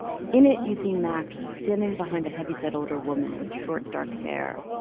in it, you see max standing behind a heavyset older woman with short dark hair.